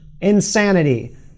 Insanity